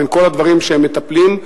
בין כל הדברים שהם מטפלים בהם,